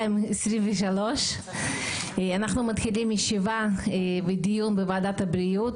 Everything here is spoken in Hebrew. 2023. אנחנו מתחילים בדיון בוועדת הבריאות.